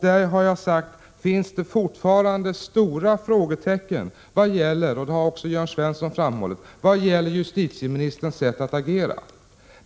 Där finns det fortfarande stora frågetecken — det har också Jörn Svensson framhållit — i vad gäller justitieministerns sätt att agera.